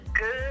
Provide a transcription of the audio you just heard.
good